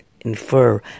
infer